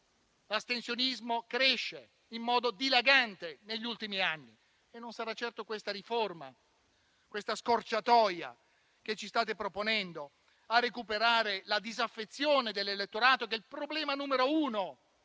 L'astensionismo cresce in modo dilagante negli ultimi anni e non sarà certo questa riforma, la scorciatoia che ci state proponendo, a recuperare la disaffezione dell'elettorato, che è il problema numero uno